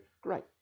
Great